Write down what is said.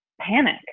panic